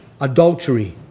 adultery